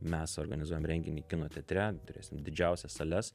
mes organizuojam renginį kino teatre turėsim didžiausias sales